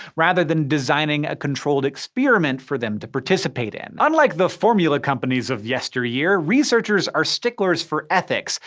rather than designing a controlled experiment for them to participate in. unlike the formula companies of yesteryear, researchers are sticklers for ethics.